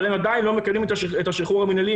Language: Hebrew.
אבל הם עדיין לא מקבלים את השחרור המנהלי,